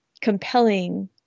compelling